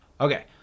Okay